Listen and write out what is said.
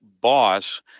boss